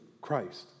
Christ